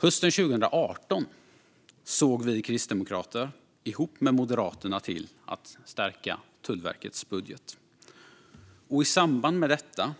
Hösten 2018 såg Kristdemokraterna tillsammans med Moderaterna till att förstärka Tullverkets budget. I samband med detta